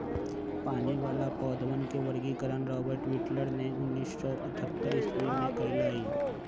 पानी वाला पौधवन के वर्गीकरण रॉबर्ट विटकर ने उन्नीस सौ अथतर ईसवी में कइलय